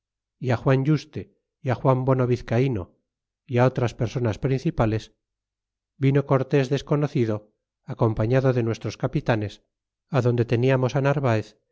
juan yuste y juan bono vizcayno y otras personas principales vino cortés desconocido acompañado de nuestros capitanes adonde teniamos narvaez